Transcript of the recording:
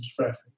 traffic